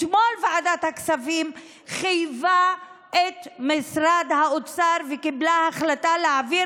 אתמול ועדת הכספים חייבה את משרד האוצר וקיבלה החלטה להעביר